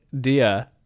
Dia